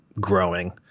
growing